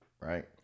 right